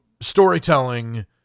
storytelling